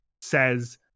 says